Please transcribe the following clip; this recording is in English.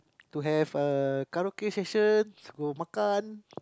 to have a karaoke session go makan